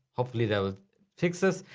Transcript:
hopefully that will fix this.